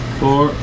four